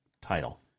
title